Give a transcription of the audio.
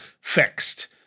fixed